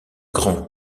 grand